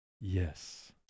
Yes